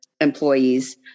employees